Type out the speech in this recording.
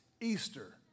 Easter